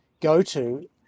go-to